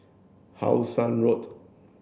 How Sun Road